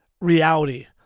Reality